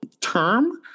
term